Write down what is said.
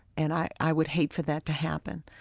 and i i would hate for that to happen.